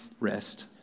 rest